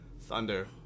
Thunder